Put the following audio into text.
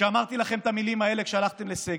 כשאמרתי לכם את המילים האלה כשהלכתם לסגר,